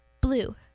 Blue